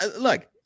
Look